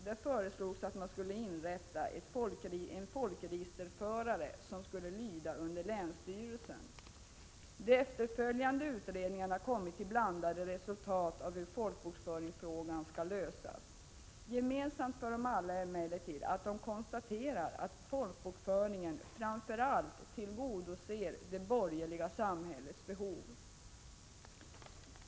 Där föreslogs att man skulle inrätta en folkregisterförare som skulle lyda under länsstyrelsen. De efterföljande utredningarna har kommit till blandade resultat när det gäller hur folkbokföringsfrågan skall lösas. Gemensamt för dem alla är emellertid att de konstaterar att folkbokföringen framför allt tillgodoser det borgerliga samhällets behov.